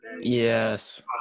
Yes